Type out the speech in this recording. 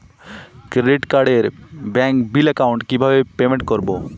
Credit কার্ডের bill account থেকে কিভাবে পেমেন্ট করবো?